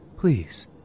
Please